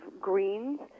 greens